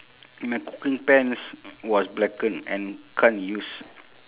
my cooking pants was blackened and can't use